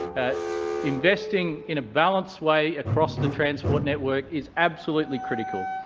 investing in a balanced way across the transport network is absolutely critical.